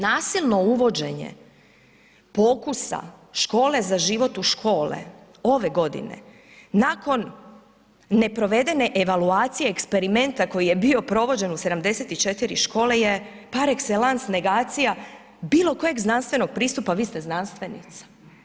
Nasilno uvođenje pokusa škole za život u škole ove godine nakon neprovedene evaluacije eksperimenta koji je bio provođen u 74 škole je par excellence negacija bilo kojeg znanstvenog pristupa, vi ste znanstvenica.